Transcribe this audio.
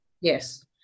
Yes